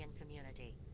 community